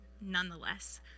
nonetheless